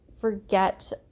forget